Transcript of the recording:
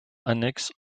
annexes